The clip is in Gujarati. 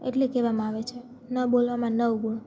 એટલે કહેવામાં આવે છે ન બોલવામાં નવ ગુણ